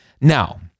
Now